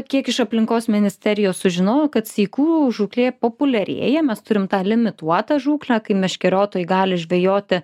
kiek iš aplinkos ministerijos sužinojau kad sykų žūklė populiarėja mes turim tą limituotą žūklę kai meškeriotojai gali žvejoti